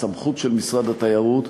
הסמכות של משרד התיירות,